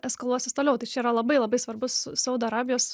eskaluosis toliau tai čia yra labai labai svarbus saudo arabijos